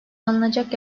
alınacak